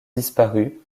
disparus